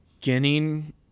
beginning